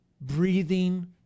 breathing